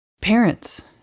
Parents